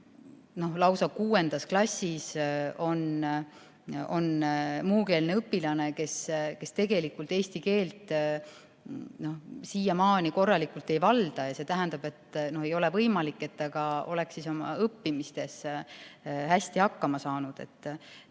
lausa kuuendas klassis on muukeelne õpilane, kes tegelikult eesti keelt korralikult ei valda, ja see tähendab, et ei ole võimalik, et ta oleks oma õppimisega hästi hakkama saanud.